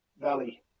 valley